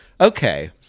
Okay